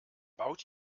baut